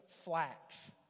Flax